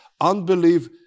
unbelief